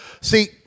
see